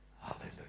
Hallelujah